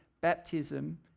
baptism